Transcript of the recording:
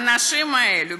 האנשים האלה,